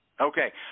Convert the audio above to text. Okay